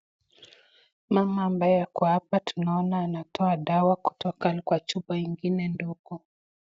Mama ambaye ako hapa tunaona anatoa dawa kutoka kwa chupa ingine ndogo